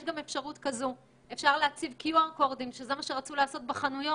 אפשר להציב קוד QR, וזה מה שרצו לעשות בחנויות.